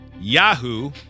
Yahoo